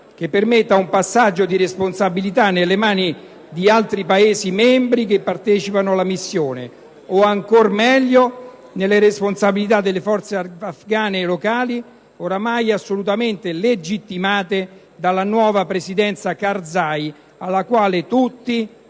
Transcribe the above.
che permetta un passaggio di responsabilità nelle mani di altri Paesi membri che partecipano alla missione, o ancor meglio, nella responsabilità delle forze afgane locali, ormai assolutamente legittimate dalla nuova presidenza Karzai alla quale tutti,